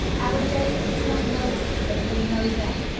our jailers do not know us but we know them.